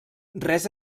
res